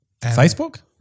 Facebook